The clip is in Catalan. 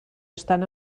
estan